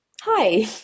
hi